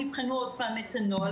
תבחנו עוד פעם את הנוהל",